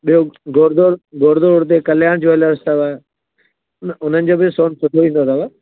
ॿियो घोड़ डोड रोड कल्याण ज्वेलर्स अथव उन उन्हनि जो बि सोन सुठो ईंदो अथव